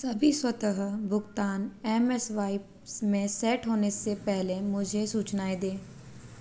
सभी स्वतः भुगतान एमस्वाइप में सेट होने से पहले मुझे सूचनाएँ दें